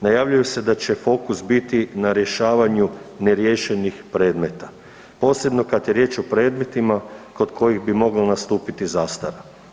Najavljuje se da će fokus biti na rješavanju neriješenih predmeta, posebno kad je riječ o predmetima kod kojih bi mogla nastupiti zastara.